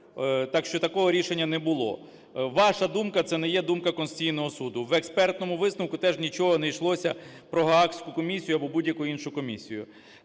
Так що, такого рішення не було. Ваша думка – це не є думка Конституційного Суду. В експертному висновку теж нічого не йшлося про гаазьку комісію або будь-яку іншу комісію.